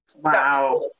Wow